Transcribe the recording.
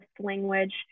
language